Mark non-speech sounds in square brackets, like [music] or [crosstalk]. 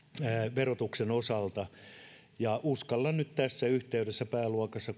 verotuksen osalta ja uskallan nyt tässä yhteydessä puuttua pääluokassa [unintelligible]